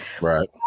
right